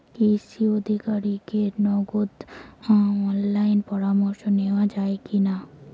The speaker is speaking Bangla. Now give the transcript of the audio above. কৃষি আধিকারিকের নগদ অনলাইন পরামর্শ নেওয়া যায় কি না?